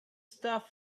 stuff